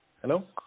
Hello